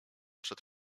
przed